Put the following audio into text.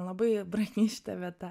labai brangi šita vieta